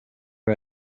who